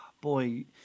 boy